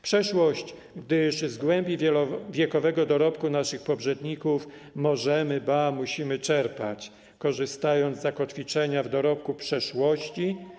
Przeszłość, gdy jeszcze z głębi wielowiekowego dorobku naszych poprzedników, możemy, ba, musimy czerpać, korzystając z zakotwiczenia w dorobku przeszłości.